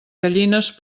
gallines